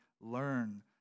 learn